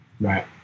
right